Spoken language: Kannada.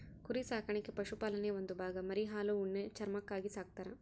ಕುರಿ ಸಾಕಾಣಿಕೆ ಪಶುಪಾಲನೆಯ ಒಂದು ಭಾಗ ಮರಿ ಹಾಲು ಉಣ್ಣೆ ಚರ್ಮಕ್ಕಾಗಿ ಸಾಕ್ತರ